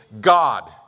God